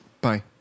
Bye